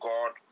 God